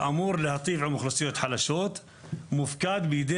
שאמור להיטיב עם אוכלוסיות חלשות מופקד בידי